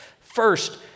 first